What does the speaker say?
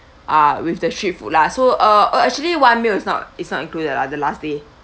ah with the street food lah so uh uh actually one meal is not is not included lah the last day